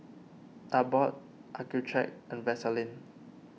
Abbott Accucheck and Vaselin